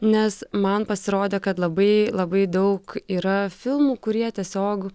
nes man pasirodė kad labai labai daug yra filmų kurie tiesiog